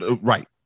right